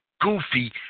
goofy